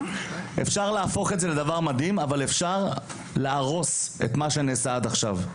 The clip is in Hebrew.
אפשר להפוך את זה לדבר מדהים ואפשר גם להרוס את מה שנעשה עד עכשיו.